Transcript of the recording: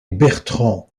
bertrand